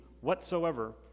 whatsoever